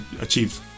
achieved